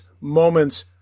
moments